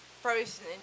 frozen